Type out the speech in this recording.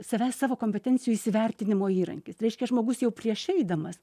save savo kompetencijų įsivertinimo įrankis reiškia žmogus jau prieš eidamas